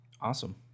Awesome